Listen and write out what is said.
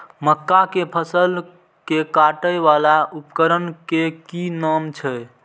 मक्का के फसल कै काटय वाला उपकरण के कि नाम छै?